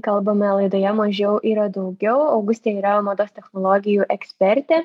kalbame laidoje mažiau yra daugiau augustė yra mados technologijų ekspertė